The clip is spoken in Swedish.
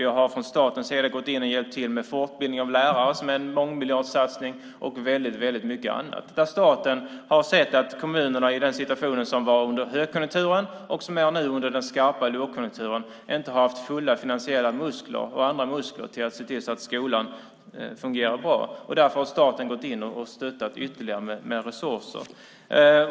Vi har från statens sida gått in och hjälpt till med fortbildning av lärare, som är en mångmiljardsatsning. Det är också väldigt mycket annat. Staten har sett att kommunerna i den situation som var under högkonjunkturen och som är nu under den skarpa lågkonjunkturen inte har haft fulla finansiella muskler och andra muskler för att se till att skolan fungerar bra. Därför har staten gått in och stöttat ytterligare med resurser.